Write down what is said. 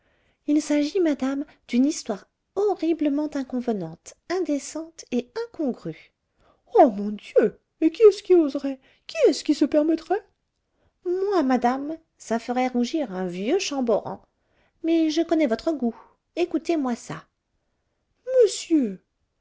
il s'agit madame d'une histoire horriblement inconvenante indécente et incongrue ah mon dieu et qui est-ce qui oserait qui est-ce qui se permettrait moi madame ça ferait rougir un vieux chamboran mais je connais votre goût écoutez-moi ça monsieur